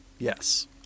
Yes